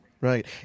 Right